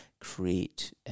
create